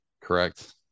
Correct